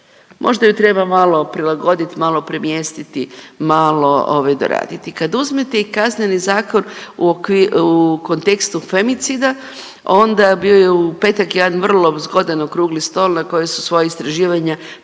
možda ju treba malo prilagoditi, malo premjestiti, malo ovaj doraditi. Kad uzmete i Kazneni zakon u okviru, u kontekstu femicida onda bio je u petak jedan vrlo zgodni okrugli stol na koje su svoje istraživanja